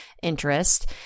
Interest